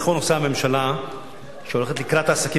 נכון עושה הממשלה שהולכת לקראת העסקים